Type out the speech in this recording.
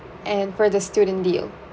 and for the student deal